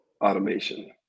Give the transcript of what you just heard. automation